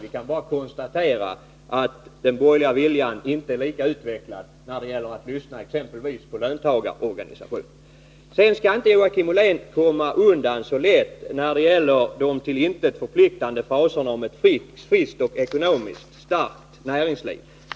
Vi kan bara konstatera att den borgerliga viljan inte är lika utvecklad när det gäller att lyssna exempelvis på löntagarorganisationerna. Joakim Ollén skall inte komma undan så lätt beträffande de till intet förpliktande fraserna om ett friskt och ekonomiskt starkt näringsliv.